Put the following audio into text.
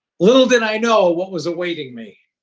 little did i know what was awaiting me.